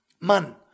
Man